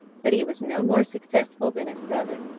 but he was no more successful than his brother,